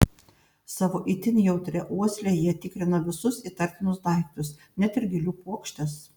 savo itin jautria uosle jie tikrina visus įtartinus daiktus net ir gėlių puokštes